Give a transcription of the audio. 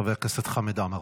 חבר הכנסת חמד עמאר.